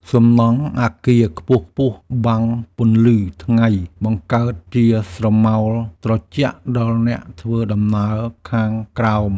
សំណង់អគារខ្ពស់ៗបាំងពន្លឺថ្ងៃបង្កើតជាស្រមោលត្រជាក់ដល់អ្នកធ្វើដំណើរខាងក្រោម។